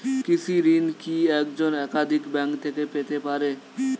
কৃষিঋণ কি একজন একাধিক ব্যাঙ্ক থেকে পেতে পারে?